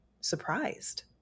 surprised